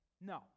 No